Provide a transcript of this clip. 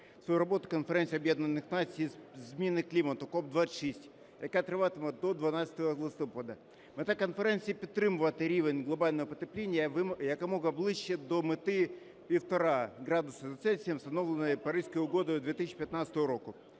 свою роботу Конференції Організації Об'єднаних Націй зі зміни клімату – СОР-26, яка триватиме до 12 листопада. Мета конференції – підтримувати рівень глобального потепління якомога ближче до мети півтора градуса за Цельсієм, встановленої Паризькою угодою 2015 року.